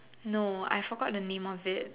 no I forgot the name of it